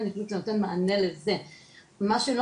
ולכן צריך לתת מענה לזה.